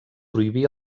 prohibí